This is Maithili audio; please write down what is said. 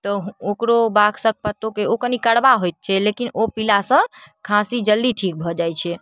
तऽ ओकरो बाकसक पत्तोंके ओ कनी कड़बा होइत छै लेकिन ओ पीलासँ खाँसी जल्दी ठीक भऽ जाइ छै